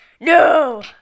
No